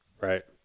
Right